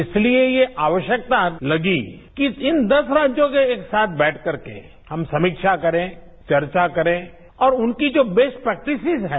इसलिए ये आवश्यकता लगी कि इन दस राज्यों के एक साथ बैठकर के हम समीक्षा करें चर्चा करें और उनकी जो बेस्ट प्रेक्टिसेज है